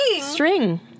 string